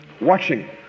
watching